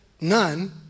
none